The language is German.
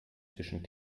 zwischen